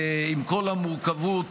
עם כל המורכבות